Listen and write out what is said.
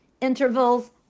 intervals